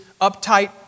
uptight